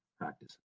practice